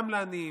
גם לעניים,